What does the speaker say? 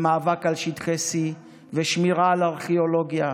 מאבק על שטחי C ושמירה על ארכיאולוגיה.